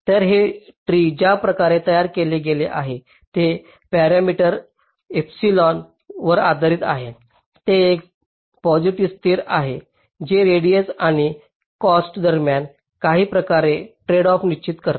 आता हे ट्री ज्या प्रकारे तयार केले गेले आहे ते पॅरामीटर एपिसलन वर आधारित आहे जे एक पॉसिटीव्ह स्थिर आहे जे रेडिएस आणि कॉस्ट दरम्यान काही प्रकारचे ट्रेडऑफ निश्चित करते